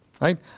right